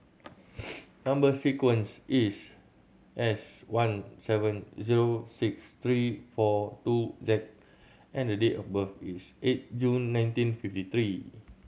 number sequence is S one seven zero six three four two Z and date of birth is eight June nineteen fifty three